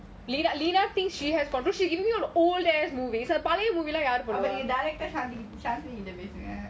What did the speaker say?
but the director shanti கிட்ட பேசுங்க:kita peasunga